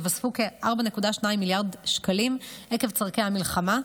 התווספו כ-4.2 מיליארד שקלים עקב צורכי המלחמה,